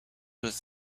was